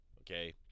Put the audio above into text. Okay